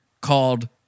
called